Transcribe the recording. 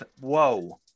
Whoa